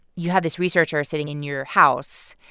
you have this researcher sitting in your house.